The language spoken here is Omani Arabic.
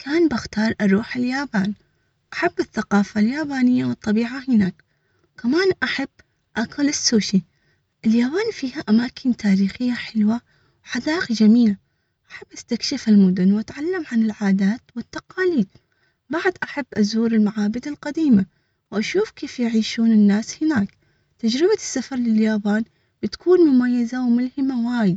كان بختار أروح اليابان، أحب الثقافة اليابانية والطبيعة، هناك كمان أحب أكل السوشي، اليابان فيها أماكن تاريخية حلوة وحدائق جميلة، احب أستكشف المدن وأتعلم عن العادات والتقاليد، بعد أحب أزور المعابد القديمة وأشوف كيف يعيشون الناس.